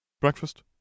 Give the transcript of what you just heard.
Breakfast